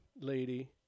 lady